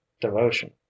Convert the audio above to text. devotion